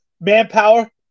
Manpower